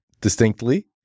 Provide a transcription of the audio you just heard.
distinctly